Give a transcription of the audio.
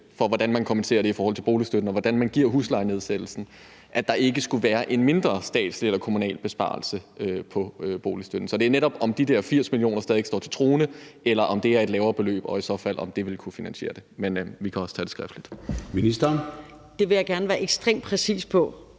for, hvordan man kompenserer det i forhold til boligstøtten, og hvordan man giver huslejenedsættelsen, overrasker det mig lidt, at der ikke skulle være en mindre statslig eller kommunal besparelse på boligstøtten. Så mit spørgsmål er netop, om de der 80 mio. kr. stadig væk står til troende, eller om det er et lavere beløb, og om det i så fald ville kunne finansiere det. Men vi også tage det skriftligt. Kl. 20:14 Formanden (Søren Gade):